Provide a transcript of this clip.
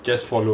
just follow okay